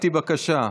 אתי, בבקשה.